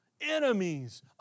enemies